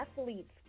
athlete's